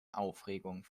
aufregung